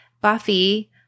Buffy